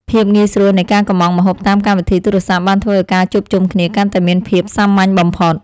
ភាពងាយស្រួលនៃការកុម្ម៉ង់ម្ហូបតាមកម្មវិធីទូរស័ព្ទបានធ្វើឱ្យការជួបជុំគ្នាកាន់តែមានភាពសាមញ្ញបំផុត។